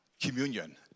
communion